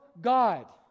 God